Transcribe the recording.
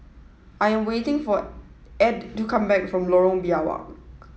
I'm waiting for Edw to come back from Lorong Biawak